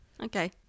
okay